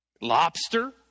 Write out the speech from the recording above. Lobster